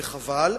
וחבל.